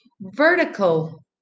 vertical